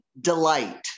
delight